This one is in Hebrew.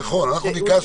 פירוט.